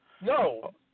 No